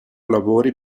lavori